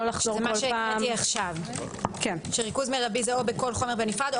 זה מה שהקראתי עכשיו שריכוז מרבי זה או בכל חומר נפרד,